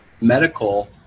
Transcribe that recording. medical